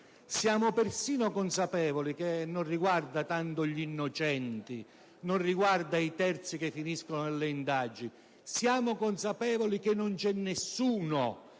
Siamo persino consapevoli che non riguarda tanto gli innocenti, i terzi che finiscono nelle indagini. E siamo consapevoli che non c'è nessuno